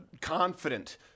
confident